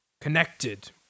connected